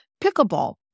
pickleball